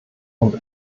und